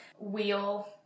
wheel